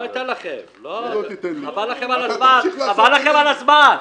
חבל לכם על הזמן.